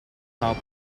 how